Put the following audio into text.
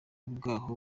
bwaho